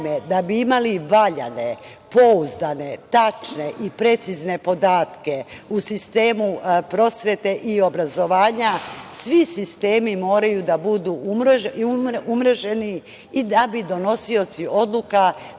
da bi imali valjane, pouzdane, tačne i precizne podatke u sistemu prosvete i obrazovanja, svi sistemi moraju da budu umreženi i da bi donosioci odluka